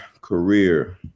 career